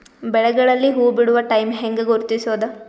ಬೆಳೆಗಳಲ್ಲಿ ಹೂಬಿಡುವ ಟೈಮ್ ಹೆಂಗ ಗುರುತಿಸೋದ?